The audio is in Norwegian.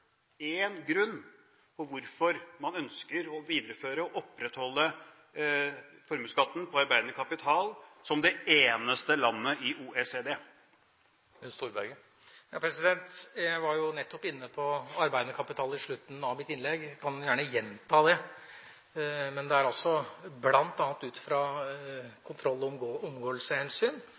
én grunn, én grunn, til hvorfor man ønsker å videreføre og opprettholde formuesskatten på arbeidende kapital – som det eneste landet i OECD. Jeg var jo nettopp inne på arbeidende kapital i slutten av mitt innlegg, jeg kan gjerne gjenta det. Det er altså bl.a. ut fra